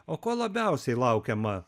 o ko labiausiai laukiama